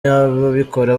ababikora